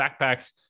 backpacks